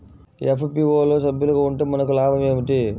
FPO లో సభ్యులుగా ఉంటే మనకు లాభం ఏమిటి?